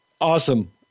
Awesome